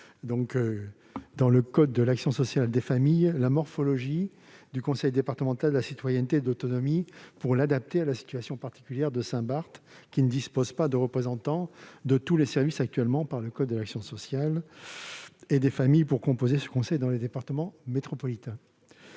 dans le code de l'action sociale et des familles la morphologie du conseil départemental de la citoyenneté et de l'autonomie, pour l'adapter à la situation particulière de Saint-Barthélemy. En effet, la collectivité ne dispose pas de représentants pour tous les services actuellement prévus dans le code de l'action sociale et des familles pour composer ce conseil dans les départements métropolitains.